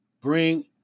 bring